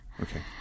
okay